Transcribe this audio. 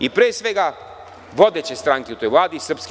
I pre svega vodeće stranke u toj Vladi, SNS.